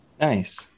Nice